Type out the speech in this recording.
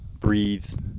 Breathe